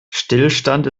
stillstand